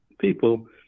people